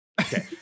okay